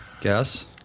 guess